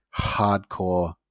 hardcore